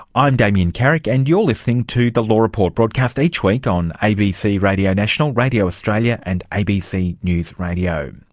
i'm damien carrick and you're listening to the law report, broadcast each week on abc radio national, radio australia and abc news radio.